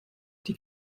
die